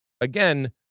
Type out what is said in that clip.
again